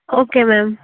okay ma'am